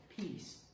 peace